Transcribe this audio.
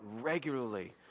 regularly